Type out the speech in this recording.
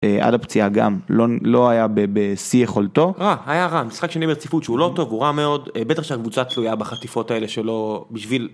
עד הפציעה גם, לא היה בשיא יכולתו. רע, היה רע, משחק שני ברציפות שהוא לא טוב, הוא רע מאוד, בטח כשהקבוצה תלויה בחטיפות האלה שלו, בשביל...